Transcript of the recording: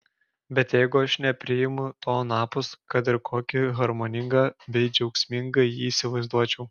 bet jeigu aš nepriimu to anapus kad ir kokį harmoningą bei džiaugsmingą jį įsivaizduočiau